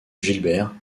gilbert